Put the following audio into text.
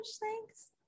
thanks